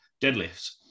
deadlifts